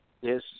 Yes